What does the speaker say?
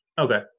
Okay